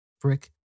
brick